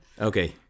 Okay